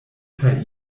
per